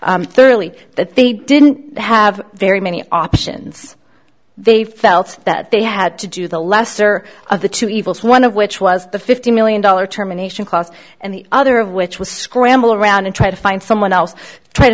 thoroughly that they didn't have very many options they felt that they had to do the lesser of the two evils one of which was the fifty million dollar terminations cost and the other of which was scramble around and try to find someone else to try to